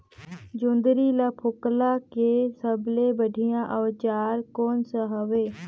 जोंदरी ला फोकला के सबले बढ़िया औजार कोन सा हवे?